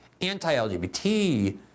anti-LGBT